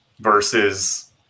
versus